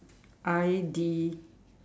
I D